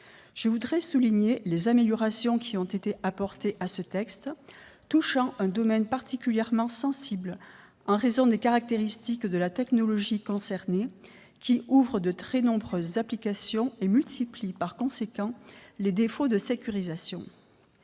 Je voudrais souligner les améliorations apportées à ce texte, qui porte sur un domaine particulièrement sensible en raison des caractéristiques de la technologie concernée, qui ouvre de très nombreuses applications et accentue par conséquent les défauts de sécurisation.